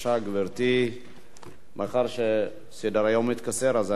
עברה בקריאה ראשונה.